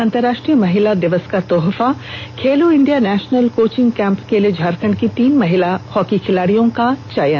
अंतरराष्ट्रीय महिला दिवस का तोहफा Khelo India national coaching camp के लिए झारखंड की तीन महिला हॉकी खिलाड़ियों का हुआ चयन